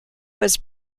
was